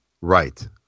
right